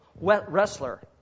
wrestler